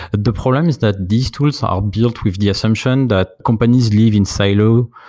the problem is that these tools are built with the assumption that companies live in silo,